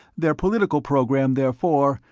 their political program, therefore,